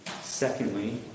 Secondly